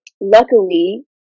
luckily